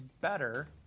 Better